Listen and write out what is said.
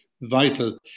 vital